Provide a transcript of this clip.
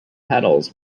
petals